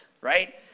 right